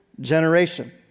generation